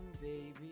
baby